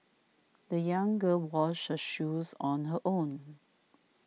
the young girl washed her shoes on her own